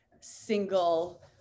single